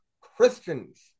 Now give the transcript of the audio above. Christians